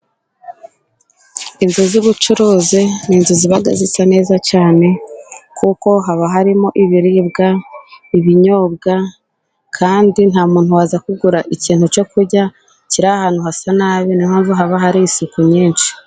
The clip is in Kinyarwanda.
Inzu ziba zisa neza cyane kuko haba harimo ibiribwa ibinyobwa, kandi nta muntu waza kugura ikintu cyo kurya kiri ahantu hasa nabi, naho haba hari isuku nyinshi.